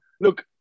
look